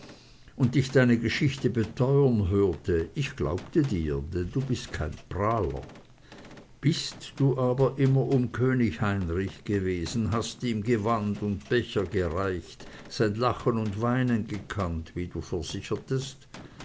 und dich deine geschichte beteuern hörte ich glaubte dir denn du bist kein prahler bist du aber immerdar um könig heinrich gewesen hast ihm gewand und becher gereicht sein lachen und weinen gekannt wie du versichertest